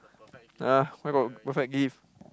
!huh! where got perfect gift